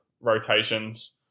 rotations